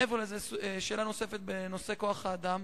מעבר לזה, שאלה נוספת בנושא כוח-האדם: